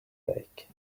lake